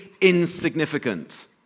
insignificant